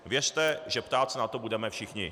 Věřte, že ptát se na to budeme všichni.